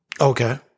okay